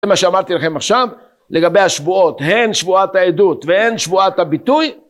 מה שאמרתי לכם עכשיו, לגבי השבועות, הן שבועת העדות והן שבועת הביטוי